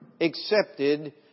accepted